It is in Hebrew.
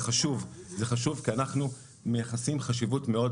זה חשוב כי אנחנו מייחסים חשיבות מאוד